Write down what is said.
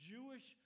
Jewish